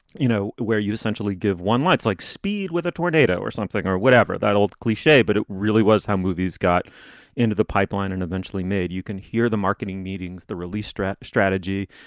you know, where you essentially give one. let's like speed with a tornado or something or whatever, that old cliche. but it really was how movies got into the pipeline and eventually made you can hear the marketing meetings, the release strat strategy.